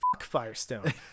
Firestone